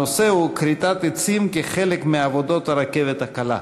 הנושא הוא: כריתת עצים כחלק מעבודות הרכבת הקלה.